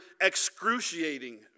excruciating